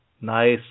Nice